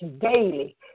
daily